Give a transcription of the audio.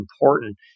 important